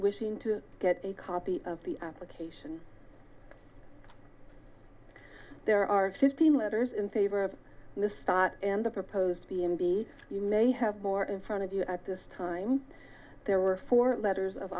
wishing to get a copy of the application there are fifteen letters in favor of this start and the proposed b m b you may have more in front of you at this time there were four letters of